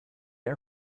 air